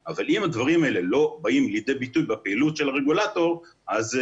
אבל אם הדברים האלה לא באים לידי ביטוי בפעילות של הרגולטור - אני